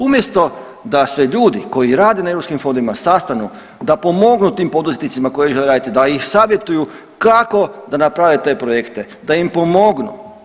Umjesto da se ljudi koji rade na eu fondovima sastanu da pomognu tim poduzetnicima koji žele raditi, da ih savjetuju kako da naprave te projekte, da im pomognu.